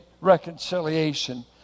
reconciliation